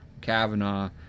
Kavanaugh